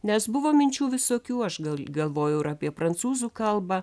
nes buvo minčių visokių aš gal galvojau ir apie prancūzų kalbą